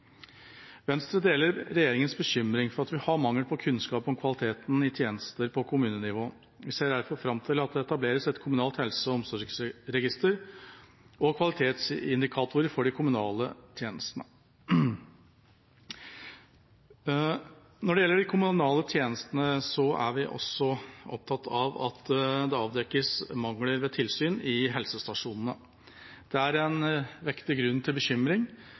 Venstre deler regjeringas bekymring for at vi har en mangel på kunnskap om kvaliteten i tjenester på kommunenivå. Vi ser derfor fram til at det etableres et kommunalt helse- og omsorgsregister og kvalitetsindikatorer for de kommunale tjenestene. Når det gjelder de kommunale tjenestene, er vi også opptatt av at det avdekkes mangler ved tilsyn i helsestasjonene. Det er en vektig grunn til bekymring